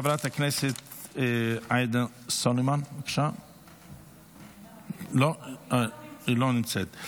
חברת הכנסת עאידה תומא סלימאן, אינה נוכחת.